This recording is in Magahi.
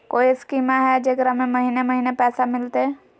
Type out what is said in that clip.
कोइ स्कीमा हय, जेकरा में महीने महीने पैसा मिलते?